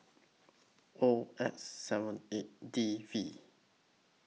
O X seven eight D V